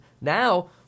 now